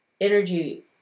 energy